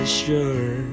sure